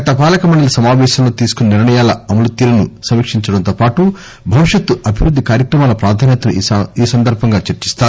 గత పాలక మండలి సమాపేశంలో తీసుకున్స నిర్ణయాల అమలు తీరును సమీక్షించడంతో పాటు భవిష్యత్ అభివృద్ధి కార్యక్రమాల ప్రాధాన్యతను ఈ సందర్బంగా చర్చిస్తారు